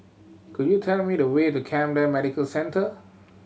could you tell me the way to Camden Medical Centre